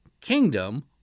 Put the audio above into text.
kingdom